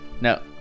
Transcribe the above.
No